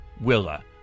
Willa